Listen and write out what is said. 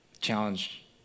challenge